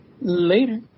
Later